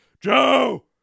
Joe